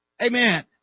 Amen